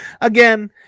again